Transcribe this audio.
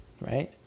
right